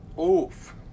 Oof